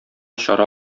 чара